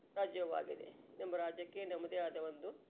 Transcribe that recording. ರಾಜ್ಯವಾಗಿದೆ ನಮ್ಮ ರಾಜ್ಯಕ್ಕೆ ನಮ್ಮದೇ ಆದ ಒಂದು